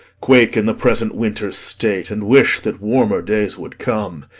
quake in the present winter's state, and wish that warmer days would come.